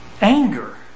anger